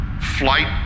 flight